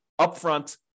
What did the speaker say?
upfront